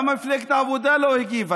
למה מפלגת העבודה לא הגיבה?